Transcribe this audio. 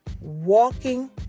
walking